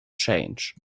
change